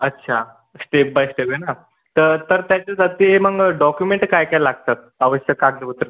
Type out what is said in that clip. अच्छा step by step आहे ना तर तर त्याच्यासाठी मग डॉक्युमेंटं काय काय लागतात आवश्यक कागदपत्रं